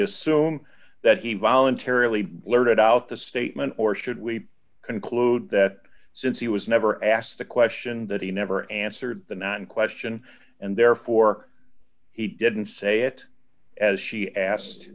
assume that he voluntarily blurted out the statement or should we conclude that since he was never asked a question that he never answered the nine question and therefore he didn't say it as she